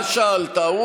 אתה שאלת.